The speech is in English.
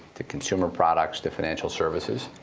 to consumer products, to financial services,